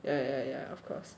yeah yeah yeah of course